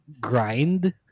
grind